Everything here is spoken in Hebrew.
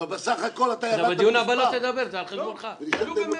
אבל בסך הכול אתה --- עלו ב-100,000.